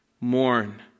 mourn